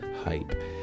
hype